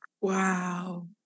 Wow